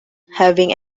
having